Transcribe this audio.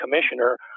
commissioner